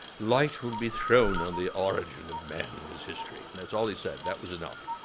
light will be thrown on the origin of man and his history. and that's all he said. that was enough.